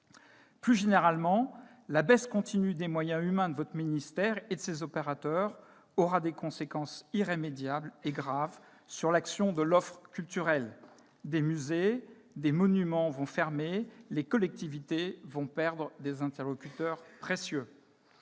Plus généralement, la baisse continue des moyens humains de votre ministère et de ses opérateurs aura des conséquences graves et irrémédiables sur l'action et l'offre culturelles : des musées et des monuments vont fermer, les collectivités vont perdre des interlocuteurs précieux.